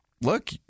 Look